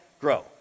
grow